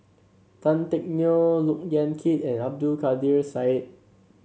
Tan Teck Neo Look Yan Kit and Abdul Kadir Syed